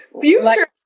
Future